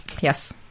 Yes